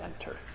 enter